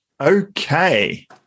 Okay